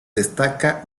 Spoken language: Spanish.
destaca